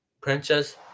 Princess